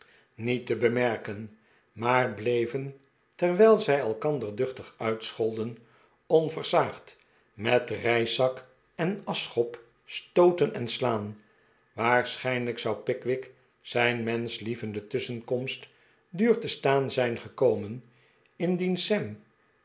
niet te bemerken maar bleven terwijl zij elkander duchtig uitscholden onversaagd met reiszak en aschschop stooten en slaan waarschijnlijk zou pickwick zijn menschlievende tusschenkomst duur te staan zijn gekomen indien sam